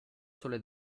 sole